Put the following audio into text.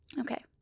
Okay